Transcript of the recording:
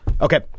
Okay